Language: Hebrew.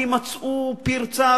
כי מצאו פרצה,